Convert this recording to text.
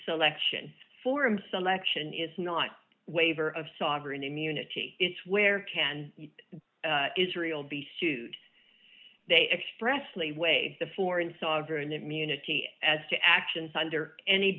selection forum selection is not waiver of sovereign immunity it's where can israel be sued they expressly way the foreign sovereign immunity as to actions under any